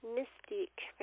Mystique